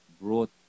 brought